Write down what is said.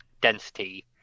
density